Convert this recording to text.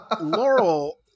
Laurel